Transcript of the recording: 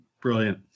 Brilliant